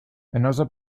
another